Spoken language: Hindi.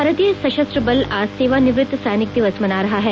भारतीय सशस्त्र बल आज सेवानिवृत्त सैनिक दिवस मना रहा है